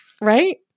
Right